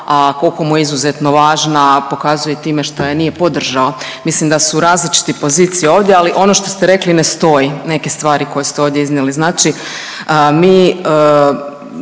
a kolko mu je izuzetno važna pokazuje time šta je nije podržao, mislim da su različite pozicije ovdje, ali ono što ste rekli ne stoji, neke stvari koje ste ovdje iznijeli. Znači mi